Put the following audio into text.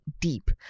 deep